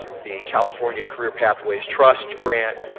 the california career pathways trust grant,